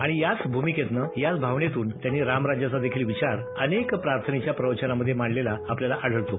आणि याच भूमिकेतनं मुळे याच भावनेतून त्यांनी रामराज्याचा विचार अनेक प्रार्थनेच्या प्रवचनांमधे मांडलेला आपल्याला आढळतो